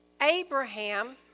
Abraham